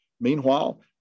Meanwhile